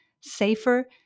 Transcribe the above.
safer